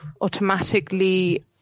automatically